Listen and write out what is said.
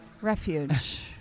Refuge